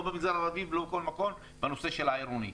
לא במגזר הערבי ולא בכל מקום בנושא העירוני.